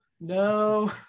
no